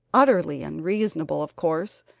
utterly unreasonable, of course,